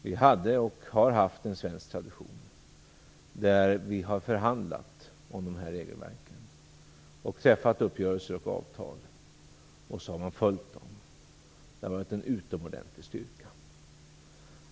Vi hade, och har haft, en svensk tradition där vi har förhandlat om dessa regelverk. Vi har träffat uppgörelser och avtal, och man har följt dem. Det har varit en utomordentlig styrka.